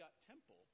Temple